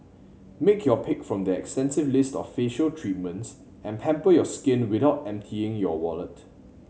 make your pick from their extensive list of facial treatments and pamper your skin without emptying your wallet